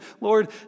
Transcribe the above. Lord